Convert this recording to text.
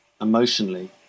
emotionally